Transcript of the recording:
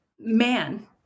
man